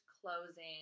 closing